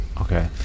Okay